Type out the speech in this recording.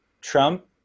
Trump